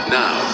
now